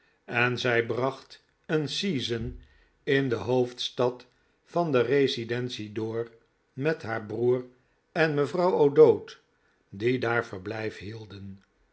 en zij bracht een season in de hoofdstad van de residentie door met haar broer en mevrouw o'dowd die daar verblijf hielden